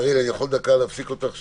קארין, אני יכול להפסיק אותך לשנייה?